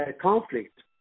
conflict